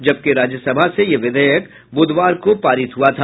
जबकि राज्यसभा से ये विधेयक ब्रधवार को पारित हआ था